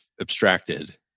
abstracted